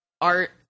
art